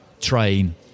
train